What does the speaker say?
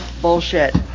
bullshit